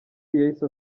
yahise